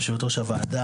יושבת ראש הוועדה,